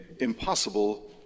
impossible